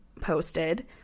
posted